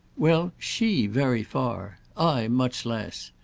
well, she very far. i much less.